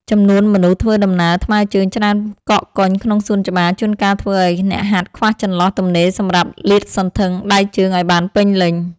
ចំនួនមនុស្សធ្វើដំណើរថ្មើរជើងច្រើនកកកុញក្នុងសួនច្បារ ជួនកាលធ្វើឱ្យអ្នកហាត់ខ្វះចន្លោះទំនេរសម្រាប់លាតសន្ធឹងដៃជើងឱ្យបានពេញលេញ។